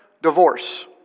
divorce